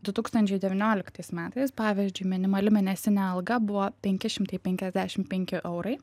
du tūkstančiai devynioliktais metais pavyzdžiui minimali mėnesinė alga buvo penki šimtai penkiasdešim penki eurai